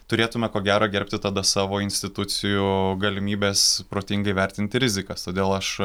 turėtume ko gero gerbti tada savo institucijų galimybes protingai vertinti rizikas todėl aš